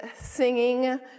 singing